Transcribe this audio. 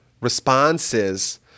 responses